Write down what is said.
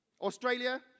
Australia